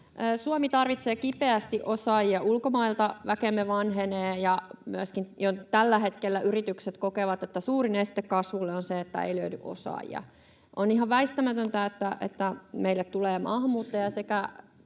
Suomi tarvitsee kipeästi osaajia ulkomailta. Väkemme vanhenee, ja jo tällä hetkellä yritykset kokevat, että suurin este kasvulle on se, että ei löydy osaajia. On ihan väistämätöntä, että meille tulee maahanmuuttajia siksi,